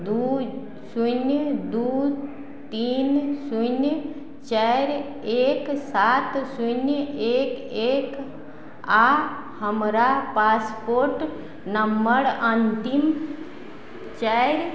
दू शून्य दू तीन शून्य चारि एक सात शून्य एक एक आओर हमरा पासपोर्ट नंबर अन्तिम चारि